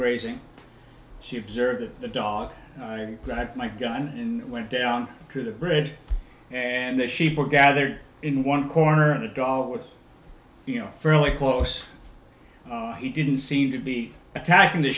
grazing she observed the dog i got my gun and went down to the bridge and the sheep were gathered in one corner of the dollar you know fairly close he didn't seem to be attacking the